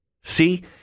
See